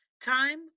time